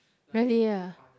really ah